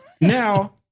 Now